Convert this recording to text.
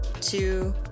two